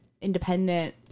independent